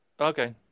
okay